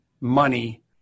money